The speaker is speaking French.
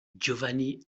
giovanni